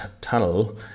Tunnel